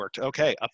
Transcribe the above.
Okay